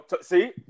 See